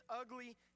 ugly